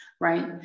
right